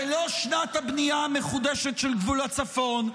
ולא שנת הבנייה המחודשת של גבול הצפון,